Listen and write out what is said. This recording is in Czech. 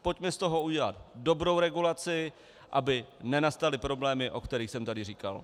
Pojďme z toho udělat dobrou regulaci, aby nenastaly problémy, o kterých jsem tady říkal.